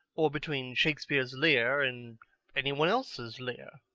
or between shakespeare's lear and any one else's lear?